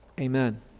amen